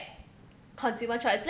consumer choice